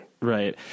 Right